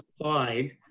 applied